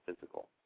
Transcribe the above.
physical